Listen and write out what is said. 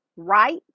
right